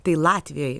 tai latvijoj